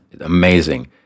Amazing